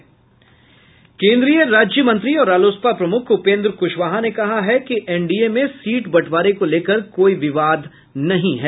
केन्द्रीय राज्य मंत्री और रालोसपा प्रमुख उपेन्द्र कुशवाहा ने कहा है कि एनडीए में सीट बंटवारे को लेकर कोई विवाद नहीं है